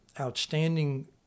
outstanding